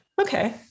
okay